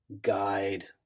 guide